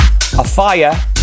Afire